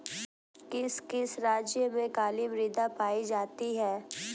किस किस राज्य में काली मृदा पाई जाती है?